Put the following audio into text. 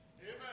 Amen